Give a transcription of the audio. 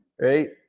right